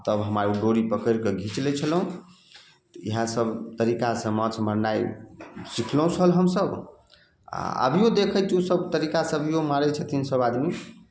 तब हम आर ओ डोरी पकड़ि कऽ घीच लै छलहुँ तऽ इहै सभ तरीकासँ माछ मारनाइ सिखलहुँ छल हमसभ आ अभियो देखैत छी ओ सभ तरीका सभियो मारैत छथिन सभ आदमी